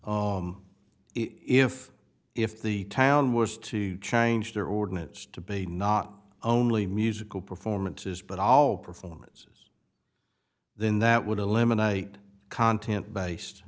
oh if if the town was to change their ordinance to be not only musical performances but all performances then that would eliminate content based